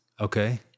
Okay